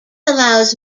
allows